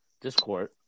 discord